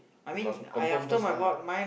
you must confirm first lah